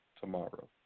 tomorrow